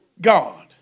God